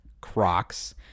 crocs